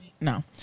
No